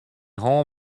hân